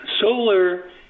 solar